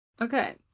okay